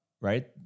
right